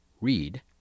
read